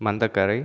மந்தகரை